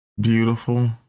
beautiful